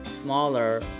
smaller